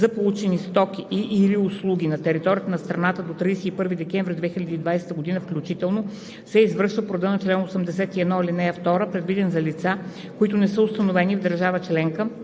за получени стоки и/или услуги на територията на страната до 31 декември 2020 г. включително, се извършва по реда на чл. 81, ал. 2, предвиден за лица, които не са установени в държавата членка